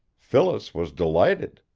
phyllis was delighted.